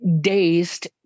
dazed